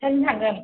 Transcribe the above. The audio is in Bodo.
बेटारिजों थांगोन